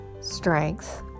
strength